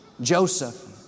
Joseph